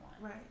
Right